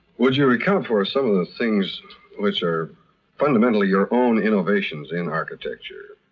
would you recount for us some of the things which are fundamentally your own innovations in architecture?